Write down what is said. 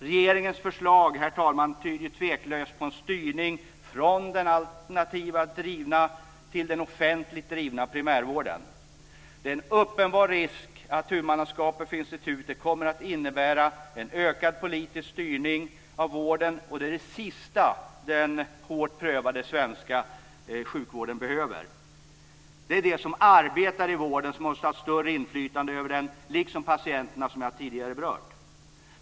Regeringens förslag, herr talman, tyder tveklöst på en styrning från den alternativt drivna till den offentliga drivna primärvården. Det är en uppenbar risk att huvudmannaskapet för institutet kommer att innebära en ökad politisk styrning av vården. Det är det sista den hårt prövade svenska sjukvården behöver. Det är de som arbetar i vården som måste ha större inflytande över den liksom patienterna, som jag tidigare berört.